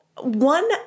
one